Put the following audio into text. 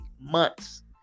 months